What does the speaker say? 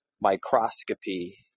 microscopy